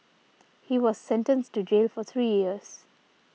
he was sentenced to jail for three years